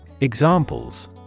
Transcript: Examples